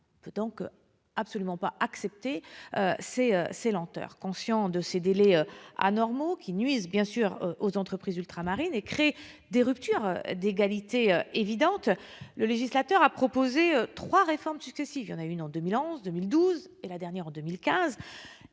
Il ne faut absolument pas accepter ces lenteurs. Conscient que ces délais anormaux nuisent aux entreprises ultramarines et créent des ruptures d'égalité évidentes, le législateur a proposé trois réformes successives, en 2011, 2012 et 2015,